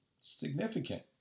significant